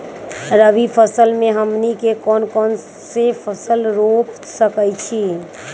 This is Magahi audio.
रबी फसल में हमनी के कौन कौन से फसल रूप सकैछि?